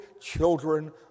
children